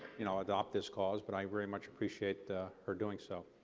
you know, adapt this cause. but i very much appreciate the her doing so.